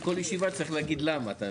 בכל ישיבה צריך להגיד למה.